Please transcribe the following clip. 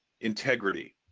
Integrity